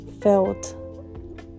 felt